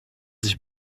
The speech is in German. sich